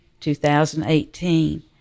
2018